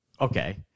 okay